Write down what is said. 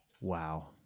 Wow